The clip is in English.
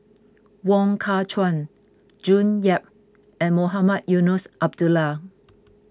Wong Kah Chun June Yap and Mohamed Eunos Abdullah